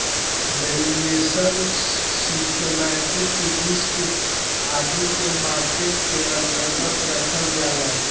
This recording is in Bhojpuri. वैल्यूएशन, सिस्टमैटिक रिस्क आदि के मार्केट के अन्तर्गत रखल जाला